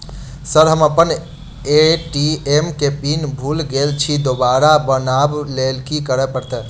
Sir हम अप्पन ATM केँ पिन भूल गेल छी दोबारा बनाब लैल की करऽ परतै?